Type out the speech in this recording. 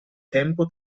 tempo